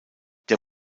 der